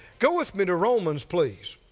go with me to romans, please.